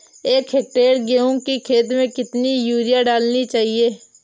एक हेक्टेयर गेहूँ की खेत में कितनी यूरिया डालनी चाहिए?